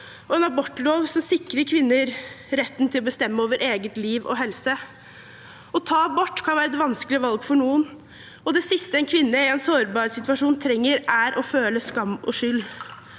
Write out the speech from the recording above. og en abortlov som sikrer kvinner retten til å bestemme over eget liv og egen helse. Å ta abort kan være et vanskelig valg for noen, og det siste en kvinne i en sårbar situasjon trenger, er å føle skam og skyld.